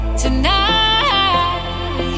tonight